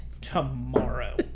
tomorrow